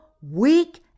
weak